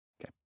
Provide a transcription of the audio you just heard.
Okay